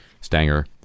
Stanger